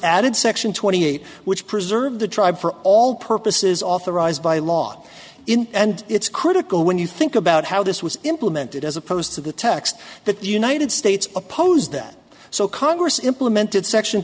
added section twenty eight which preserve the tribe for all purposes authorized by law in and it's critical when you think about how this was implemented as opposed to the text that the united states opposed that so congress implemented section